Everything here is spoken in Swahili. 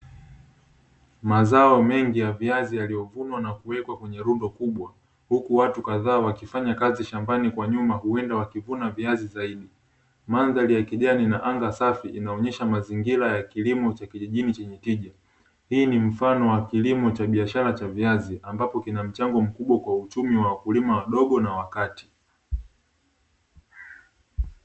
Mazao mengi ya viazi yaliyovunwa na kuwekwa kwenye rundo kubwa, huku watu kadhaa wakifanya kazi shambani kwa nyuma huwenda wakivuna viazi zaidi. Mandhari ya kijani na anga safi inaonyesha mazingira ya kilimo cha kijijini chenye tija, hii ni mfano wa kilimo cha biashara cha viazi ambapo kina mchango mkubwa kwa uchumi wa wakulima wadogo na wakati.